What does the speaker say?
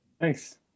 Thanks